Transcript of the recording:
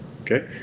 Okay